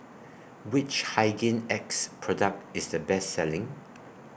Which Hygin X Product IS The Best Selling